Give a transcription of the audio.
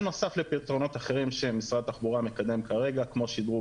בנוסף לפתרונות אחרים שמשרד התחבורה מקדם כרגע כמו שידרוג